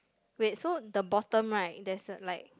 wait so the bottom right there's a like